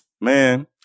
Man